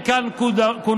אין כאן קונמות,